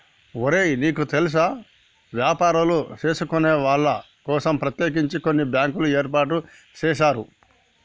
ఒరే నీకు తెల్సా వ్యాపారులు సేసుకొనేటోళ్ల కోసం ప్రత్యేకించి కొన్ని బ్యాంకులు ఏర్పాటు సేసారు